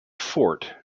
fort